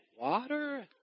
water